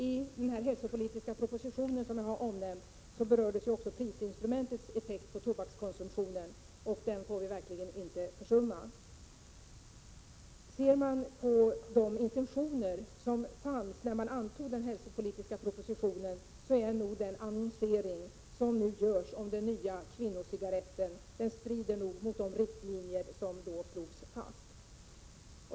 I den omnämnda hälsopolitiska propositionen berördes också prisinstrumentets effekt på tobakskonsumtionen. Den får vi verkligen inte försumma. Ser man på de intentioner som fanns när man antog den hälsopolitiska propositionen, finner man att den annonsering som nu görs om den nya kvinnocigaretten strider mot de riktlinjer som då slogs fast.